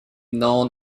known